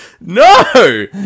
no